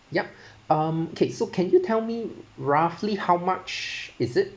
yup um okay so can you tell me roughly how much is it